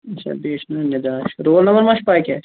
اچھا بیٚیِس چھُ ناو نِدا اچھا رول نمبر ما چھِ پے کیٛاہ چھِ